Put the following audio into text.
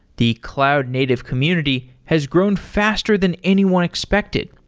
the cloud native community has grown faster than anyone expected,